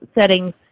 settings